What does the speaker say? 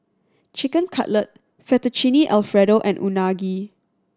Chicken Cutlet Fettuccine Alfredo and Unagi